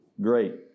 great